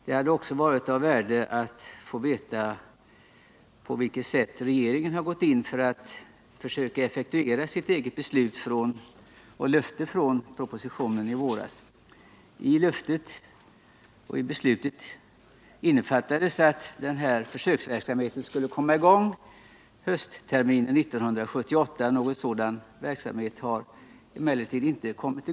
Det hade också varit av värde att få veta på vilket sätt regeringen har gått in för att försöka effektuera sitt löfte i denna proposition att försöksverksamheten skulle komma i gång höstterminen 1978. Någon sådan verksamhet har inte startat.